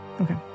Okay